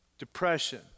Depression